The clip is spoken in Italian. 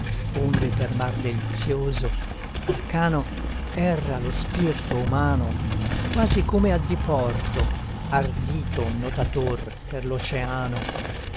onde per mar delizioso arcano erra lo spirto umano quasi come a diporto ardito notator per